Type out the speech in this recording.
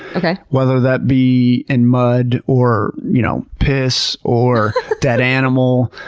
whether that be in mud, or you know piss, or dead animal,